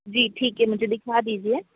जी ठीक है मुझे दिखा दीजिए